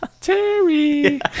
Terry